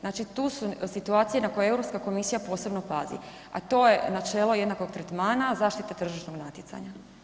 Znači, tu su situacije na koje Europska komisija posebno pazi, a to je načelo jednakog tretmana, zaštita tržišnog natjecanja.